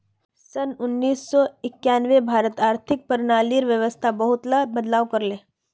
सन उन्नीस सौ एक्यानवेत भारत आर्थिक प्रणालीर व्यवस्थात बहुतला बदलाव कर ले